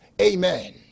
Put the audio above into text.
Amen